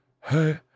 Hey